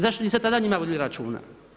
Zašto niste tada o njima vodili računa?